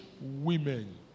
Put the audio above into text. women